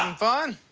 um fun?